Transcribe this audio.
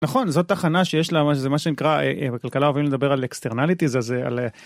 נכון, זאת תחנה שיש לה, זה מה שנקרא בכלכלה, בכלכלה אוהבים לדבר על אקסטרנליטיז, אז זה על...